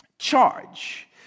charge